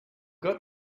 got